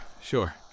sure